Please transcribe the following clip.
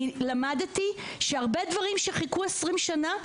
למדתי שהרבה דברים שחיכו 20 שנה,